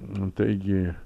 nu taigi